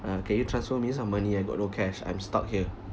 uh can you transfer me some money I got no cash I'm stuck here